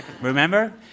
Remember